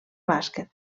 bàsquet